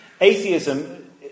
atheism